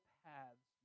paths